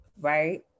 right